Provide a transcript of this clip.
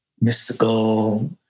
mystical